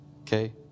okay